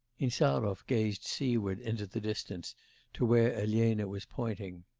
insarov gazed seaward into the distance to where elena was pointing.